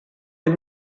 les